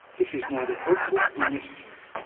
this is neither helpful nor necessary.